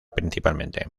principalmente